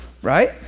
Right